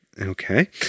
Okay